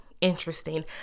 interesting